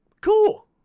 cool